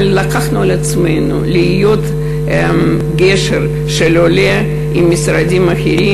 אבל לקחנו על עצמנו להיות גשר של העולה למשרדים אחרים,